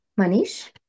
Manish